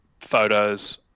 photos